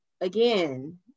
again